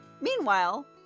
Meanwhile